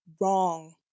wrong